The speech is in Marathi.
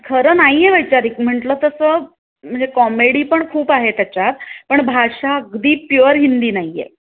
खरं नाही आहे वैचारिक म्हटलं तसं म्हणजे कॉमेडी पण खूप आहे त्याच्यात पण भाषा अगदी प्युअर हिंदी नाही आहे